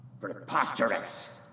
Preposterous